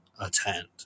attend